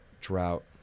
drought